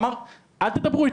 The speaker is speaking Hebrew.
אל תדברו איתי.